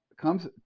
comes